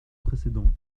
précédent